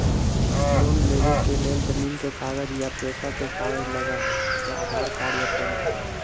Loan लेवेके लेल जमीन के कागज या पेशा के कागज लगहई या आधार कार्ड या पेन कार्ड?